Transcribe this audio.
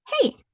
hey